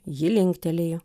ji linktelėjo